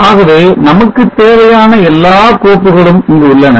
ஆகவே நமக்குத் தேவையான எல்லா கோப்புகளும் இங்கு உள்ளன